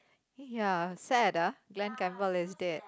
ya sad ah Glen-Campbell is dead